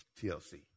TLC